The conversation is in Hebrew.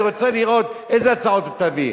אני רוצה לראות איזה הצעות תביא.